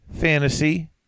fantasy